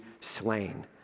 slain